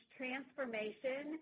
transformation